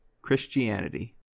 Christianity